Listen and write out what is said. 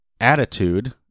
attitude